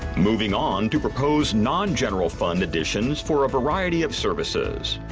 moving on to proposed non-general fund editions for a variety of services.